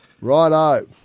Righto